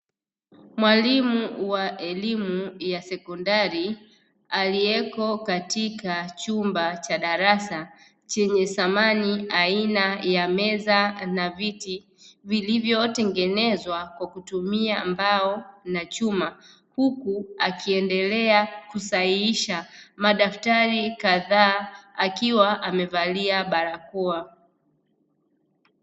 Mwalimu wa elimu ya sekondari aliyeko katika chumba cha darasa chenye samani aina ya meza na viti, vilivyotengenezwa kwa kutumia mbao na chuma, huku akiendelea kusahihisha madaftari kadhaa akiwa amevalia barakoa.